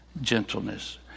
Gentleness